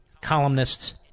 columnists